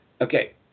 Okay